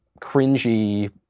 cringy